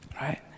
right